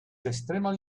extremely